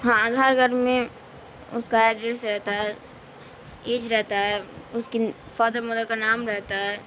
ہاں آدھار کارڈ میں اس کا ایڈریس رہتا ہے ایج رہتا ہے اس کی فادر مدر کا نام رہتا ہے